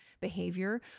behavior